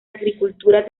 agricultura